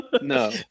no